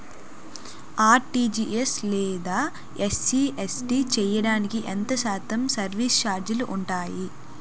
RTGS లేదా NEFT చేయడానికి ఎంత శాతం సర్విస్ ఛార్జీలు ఉంటాయి?